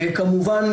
וכמובן,